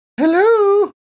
hello